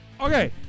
okay